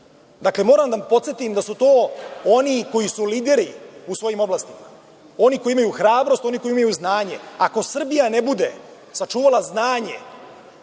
godine. Dakle, moram da podsetim da su to oni koji su lideri u svojim oblastima, oni koji imaju hrabrost, oni koji imaju znanje. Ako Srbija ne bude sačuvala znanje